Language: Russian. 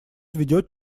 ведет